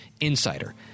insider